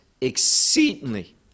exceedingly